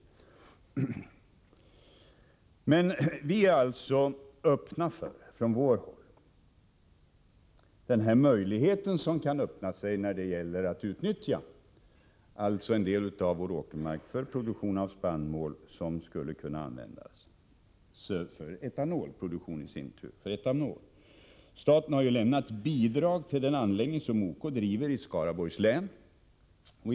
Från vårt håll är vi alltså öppna för den möjlighet som kan erbjuda sig när det gäller att utnyttja en del av vår åkermark för produktion av spannmål som i sin tur skulle kunna användas för etanolproduktion. Staten har ju lämnat bidrag till den anläggning som drivs i Skaraborgs län.